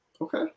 Okay